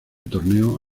torneo